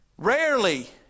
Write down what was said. Rarely